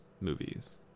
Movies